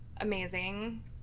amazing